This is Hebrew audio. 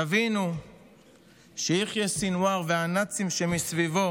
תבינו שיחיא סנוואר והנאצים שמסביבו